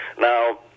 Now